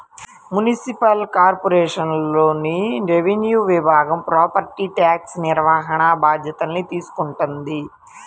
municipal కార్పొరేషన్లోని revenue విభాగం property tax నిర్వహణ బాధ్యతల్ని తీసుకుంటది